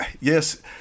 yes